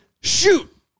shoot